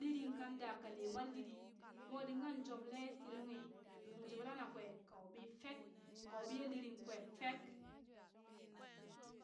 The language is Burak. liring kan da kane malditdi, mo dingan joɓle ti nunghi, nuŋ joɓe lana kwe ka wuɓi fek ka wubi ye liring kwe fek.